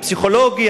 הפסיכולוגי,